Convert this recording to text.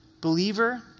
Believer